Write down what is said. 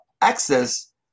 access